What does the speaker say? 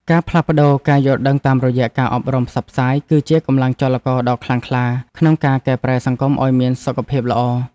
ការផ្លាស់ប្តូរការយល់ដឹងតាមរយៈការអប់រំផ្សព្វផ្សាយ គឺជាកម្លាំងចលករដ៏ខ្លាំងក្លាក្នុងការកែប្រែសង្គមឱ្យមានសុខភាពល្អ។